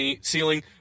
ceiling